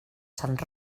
sant